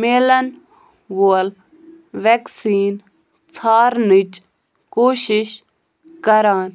میلان وول ویکسیٖن ژھارنٕچ کوٗشِش کَران